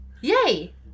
Yay